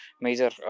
major